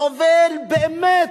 סובל באמת,